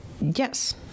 Yes